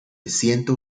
ciento